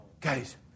Guys